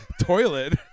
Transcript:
toilet